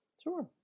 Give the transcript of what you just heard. Sure